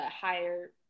higher